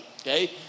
okay